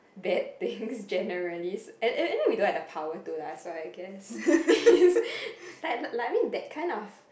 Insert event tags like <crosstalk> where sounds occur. bad things generally and and we don't have the power to lah so I guess <laughs> like like I mean that kind of